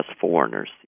foreigners